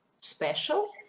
special